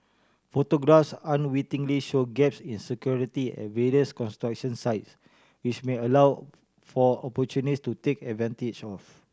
photographs unwittingly show gaps in security at various construction sites which may allow for opportunist to take advantage of